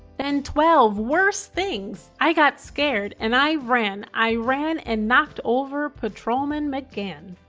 then, twelve worse things! i got scared. and i ran. i ran and knocked over patrolman mcgann.